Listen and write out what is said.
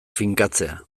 finkatzea